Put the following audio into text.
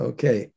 Okay